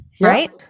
right